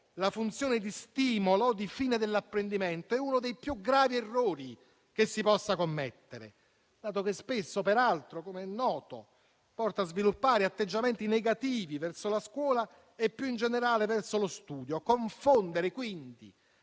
la funzione di stimolo e di fine dell'apprendimento, è uno dei più gravi errori che si possa commettere, dato che spesso, peraltro - come è noto - porta a sviluppare atteggiamenti negativi verso la scuola e, più in generale, verso lo studio. Confondere, quindi,